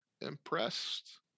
impressed